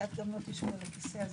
ואת גם לא תשבי על הכיסא הזה,